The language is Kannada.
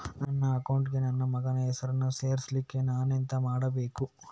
ನನ್ನ ಅಕೌಂಟ್ ಗೆ ನನ್ನ ಮಗನ ಹೆಸರನ್ನು ಸೇರಿಸ್ಲಿಕ್ಕೆ ನಾನೆಂತ ಮಾಡಬೇಕು?